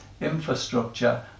infrastructure